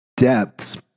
depths